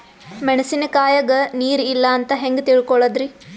ಮೆಣಸಿನಕಾಯಗ ನೀರ್ ಇಲ್ಲ ಅಂತ ಹೆಂಗ್ ತಿಳಕೋಳದರಿ?